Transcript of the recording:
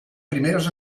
primeres